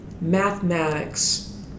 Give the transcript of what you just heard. mathematics